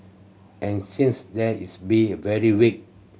and since then it's been very weak